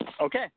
Okay